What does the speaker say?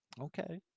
Okay